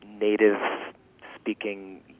native-speaking